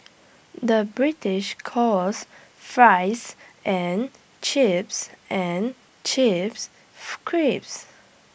the British calls fries and chips and chips crisps